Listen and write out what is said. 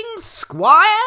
squire